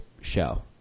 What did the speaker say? show